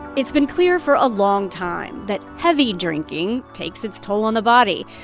it's been clear for a long time that heavy drinking takes its toll on the body.